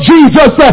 Jesus